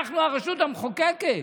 אנחנו הרשות המחוקקת.